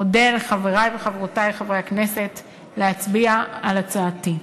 אודה לחברי וחברותי חברי הכנסת, להצביע על הצעתי.